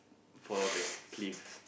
fall off the cliff